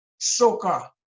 Soka